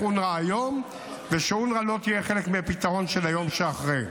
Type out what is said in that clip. אונר"א היום ושאונר"א לא תהיה חלק מהפתרון של היום שאחרי.